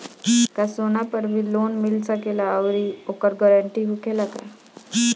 का सोना पर भी लोन मिल सकेला आउरी ओकर गारेंटी होखेला का?